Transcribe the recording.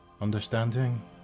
understanding